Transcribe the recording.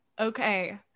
okay